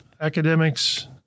academics